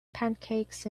pancakes